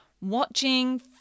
watching